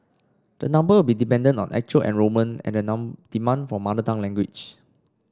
the number will be dependent on actual enrolment and the non demand for mother tongue language